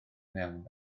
mewn